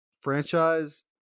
franchise